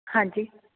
ਹਾਂਜੀ